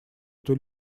эту